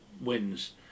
wins